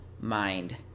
mind